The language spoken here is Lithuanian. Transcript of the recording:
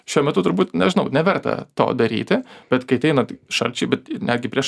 šiuo metu turbūt nežinau neverta to daryti bet kai ateina šalčiai bet netgi prieš